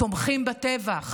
תומכים בטבח.